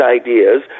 ideas